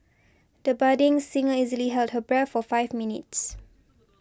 the budding singer easily held her breath for five minutes